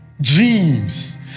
dreams